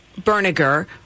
berniger